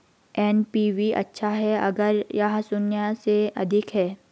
NPV अच्छा है अगर यह शून्य से अधिक है